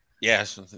Yes